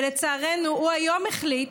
ולצערנו, הוא היום החליט,